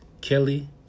Kelly